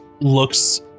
looks